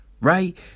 Right